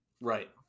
Right